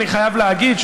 אני חייב להגיד,